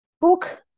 book